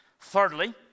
Thirdly